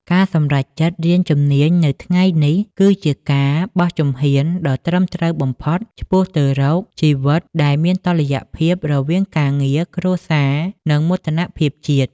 ការសម្រេចចិត្តរៀនជំនាញនៅថ្ងៃនេះ គឺជាការបោះជំហានដ៏ត្រឹមត្រូវបំផុតឆ្ពោះទៅរកជីវិតដែលមានតុល្យភាព រវាងការងារ គ្រួសារ និងមោទនភាពជាតិ។